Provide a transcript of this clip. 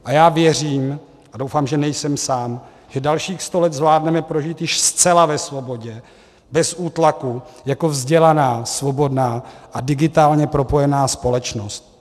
A já věřím, a doufám, že nejsem sám, že dalších sto let zvládneme prožít už zcela ve svobodě, bez útlaku jako vzdělaná, svobodná a digitálně propojená společnost.